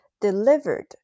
delivered